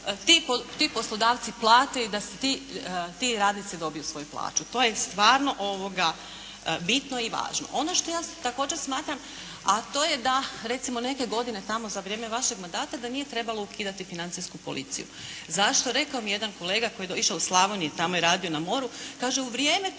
ti poslodavci plate i da ti radnici dobiju svoju plaću. To je stvarno bitno i važno. Ono što ja također smatram, a to je da recimo neke godine tamo za vrijeme vašeg mandata, da nije trebalo ukidati Financijsku policiju. Zašto? Rekao mi je jedan kolega koji je išao u Slavoniju tamo i radio na moru, kaže u vrijeme